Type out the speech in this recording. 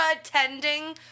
attending